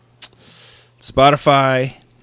Spotify